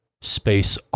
space